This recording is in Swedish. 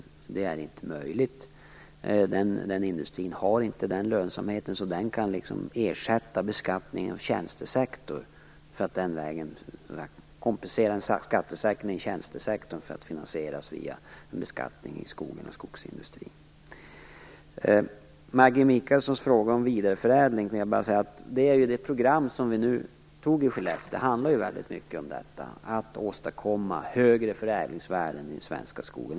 Något sådant är inte möjligt, eftersom den industrin inte har en sådan lönsamhet att det går att kompensera en skattesänkning inom tjänstesektorn via en beskattning av skogen och skogsindustrin. Maggi Mikaelsson hade en fråga om vidareförädlingen. Det program som vi antog i Skellefteå handlar väldigt mycket om att åstadkomma högre förädlingsvärden i den svenska skogen.